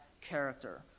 character